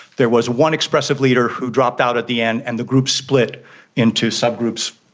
there was one expressive leader who dropped out at the end and the group split into subgroups,